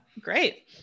Great